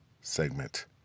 segment